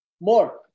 more